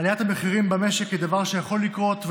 עליית המחירים במשק היא דבר שיכול לקרות,